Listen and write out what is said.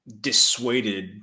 dissuaded